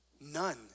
None